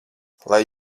lai